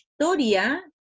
historia